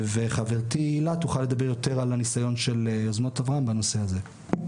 חברתי הילה תוכל לדבר יותר על הניסיון של יוזמות אברהם בנושא הזה.